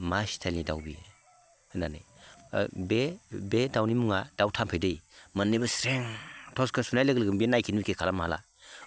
मा स्टाइलनि दाउ बियो होननानै बे दाउनि मुङा दाउ थाम्फै दै मोननैबो स्रें थर्सखौ सुनाय लोगो लोगो बे नायखे नुखे खालामनो हाला